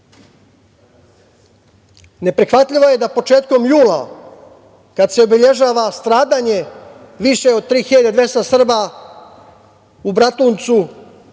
Neprihvatljivo je da početkom jula kada se obeležava stradanje više od 3.200 Srba u Bratuncu,